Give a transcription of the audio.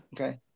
Okay